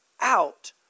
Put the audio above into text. out